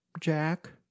jack